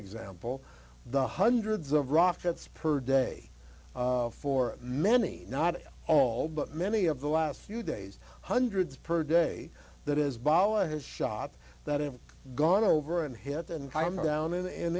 example the hundreds of rockets per day for many not all but many of the last few days hundreds per day that is bala has shot that have gone over and hit and i am down in